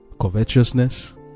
covetousness